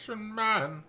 man